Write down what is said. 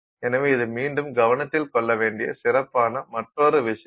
எனவே இது மீண்டும் கவனத்தில் கொள்ளவேண்டிய சிறப்பான மற்றொரு விஷயம்